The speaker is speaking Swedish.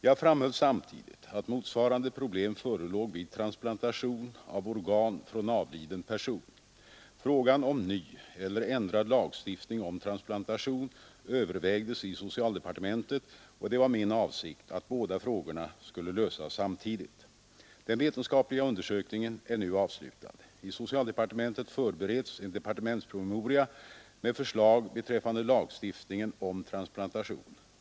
Jag framhöll samtidigt att motsvarande problem förelåg vid transplantation av organ från avliden person. Frågan om ny eller ändrad lagstiftning om transplantation övervägdes i socialdepartementet, och det var min avsikt att båda frågorna skulle lösas samtidigt. Den vetenskapliga undersökningen är nu avslutad. I socialdepartementet förbereds en departementspromemoria med förslag beträffande lagstiftningen om transplantation.